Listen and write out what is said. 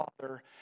Father